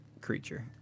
creature